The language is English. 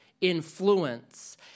influence